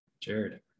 Jared